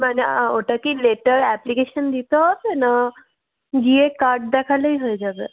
মানে ওটার কি লেটার অ্যাপ্লিকেশান দিতে হবে না গিয়ে কার্ড দেখালেই হয়ে যাবে